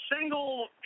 single